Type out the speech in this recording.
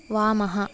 वामः